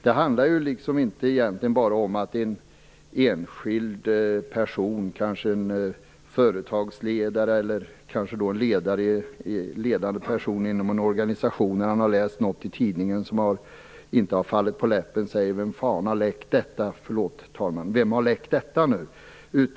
Det handlar egentligen inte bara om att en enskild person - kanske en företagsledare eller en ledande person i en organisation - efter att ha läst något i tidningen som inte har fallit honom på läppen spontant frågar sig: Vem har nu läckt detta?